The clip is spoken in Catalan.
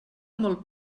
molt